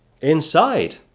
inside